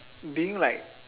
doing like